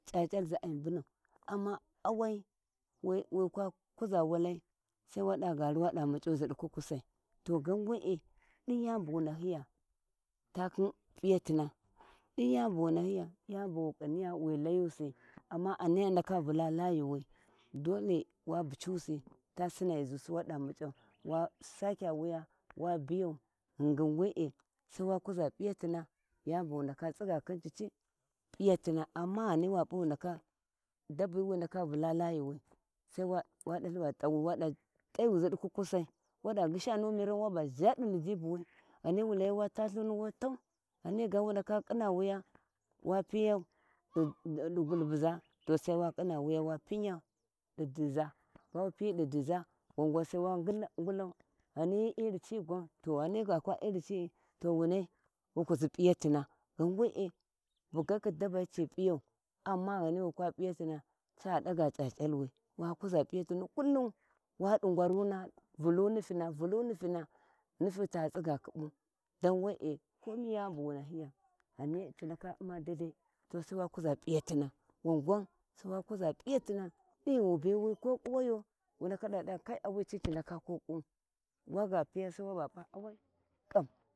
C`a c`alzi ai mbunau amma awai amma awai wikwa kuza walaisai wa dava gari wada mucuzidi kukkusa ta ghan wee din yani buwu nahiya takhun p`iyati na dai yani buwu kiniya wi layusi amma a ndaka vula layuwi wa dathi va t`awi wa tayuzi di kukkusai wa da gyisha mu miran wa zhadi lijibuwi ghani wu layi wa tau nulthuni watau ghani ga wu ndaka kina wuya pinyau di gurbuza to sai wa kina wuya wa pinyau didiza bu wu pinyi didiza wan gwan sai wa ngullau ghani hi iri ci ghan ghani ga kwa iri ci to wunai wu kuzi p`iyatina, ghan we`a bugakhin dabbai ci piyau amma ghani wi kwa p`iyatina ca daga c`acallwi wa kuza p`iyatnu kullum wadi ngwarnuna vullu ni nifine nifyu ta tsiga khibbu dan wee komi yani buwu nahiya ghani ti a ndaka umum daidai to sai wa kuza p`iyatina wangwau sai wa kuza p`yatina din ghiwu biwi ko kuwayo dinghy wuna va awi ci ndaka ko kuwu waga piyau ga p`a awici kam.